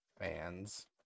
fans